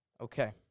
Okay